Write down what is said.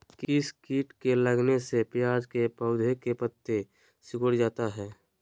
किस किट के लगने से प्याज के पौधे के पत्ते सिकुड़ जाता है?